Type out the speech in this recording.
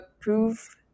prove